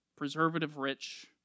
preservative-rich